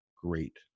great